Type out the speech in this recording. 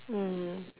mm